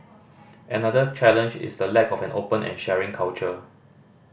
another challenge is the lack of an open and sharing culture